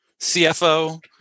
CFO